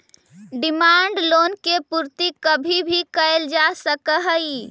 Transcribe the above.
demand loan के पूर्ति कभी भी कैल जा सकऽ हई